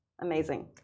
amazing